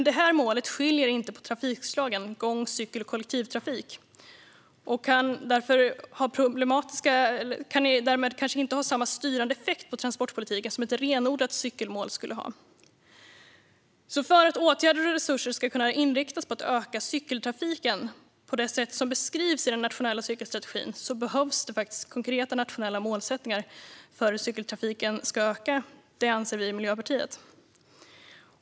Detta mål skiljer dock inte på trafikslagen gång cykel och kollektivtrafik och kan därmed kanske inte ha samma styrande effekt på transportpolitiken som ett renodlat cykelmål skulle ha. För att åtgärder och resurser ska kunna inriktas på att öka cykeltrafiken på det sätt som beskrivs i den nationella cykelstrategin behövs konkreta, nationella målsättningar för hur cykeltrafiken ska öka. Det anser vi i Miljöpartiet.